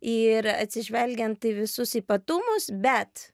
ir atsižvelgiant į visus ypatumus bet